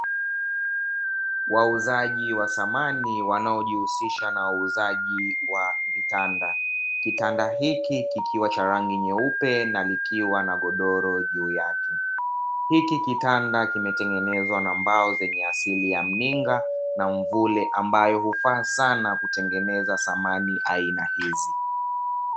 Wauzaji wa samani wanaojihusisha na wauzaji wa vitanda. Kitanda hiki kikiwa cha rangi nyeupe na kikiwa na godoro juu yake. Hiki kitanda kimetengenezwa na mbao zenye asili ya mninga na mvule, ambayo hufaa sana kutengeneza samani za aina hizi.